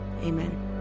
Amen